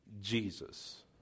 Jesus